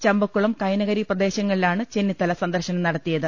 ചമ്പക്കുളം കൈനകരി പ്രദേശങ്ങളിലാണ് ചെന്നിത്തല സന്ദർശനം നടത്തിയത്